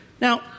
Now